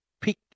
pick